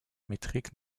métrique